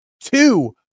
two